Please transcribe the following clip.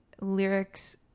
lyrics